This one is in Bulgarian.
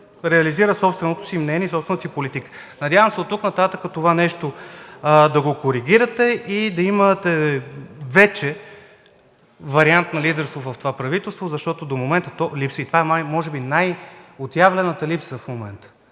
реализира собственото си мнение и собствената си политика. Надявам се оттук нататък това нещо да го коригирате и да имате вече вариант на лидерство в това правителство, защото до момента то липсва и може би това е най-отявлената липса в момента.